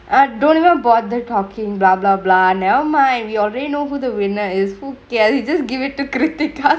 I don't even bother talkingk bla bla bla never mind we your know over the winner is foot die you just give it to correct the car